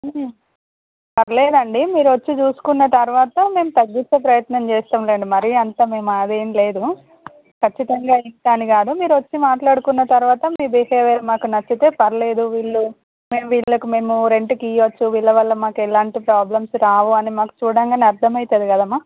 పర్లేదు లెండి మీరు వచ్చి చూసుకున్న తర్వాత మేం తగ్గించే ప్రయత్నం చేస్తాము లెండి మరి అంత మేము అదేం లేదు ఖచ్చితంగా ఇస్తా అని కాదు మీరు వచ్చి మాట్లాడుకున్న తర్వాత మీ బిహేవియర్ మాకు నచ్చితే పర్లేదు వీళ్ళు మేము వీళ్ళకి మేము రెంటికివ్వచ్చు వీళ్ళ వల్ల మాకు ఎలాంటి ప్రాబ్లమ్స్ రావు అని మాకు చూడంగానే అర్థమవుతుంది కదమ్మా